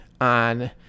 on